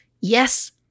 Yes